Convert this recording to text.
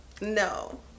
no